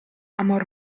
amor